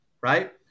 right